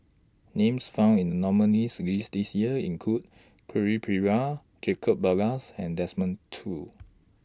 Names found in The nominees' list This Year include Quentin Pereira Jacob Ballas and Desmond Choo